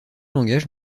langages